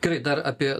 gerai dar apie